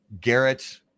Garrett